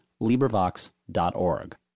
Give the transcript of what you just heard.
LibriVox.org